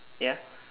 ya